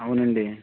అవునండి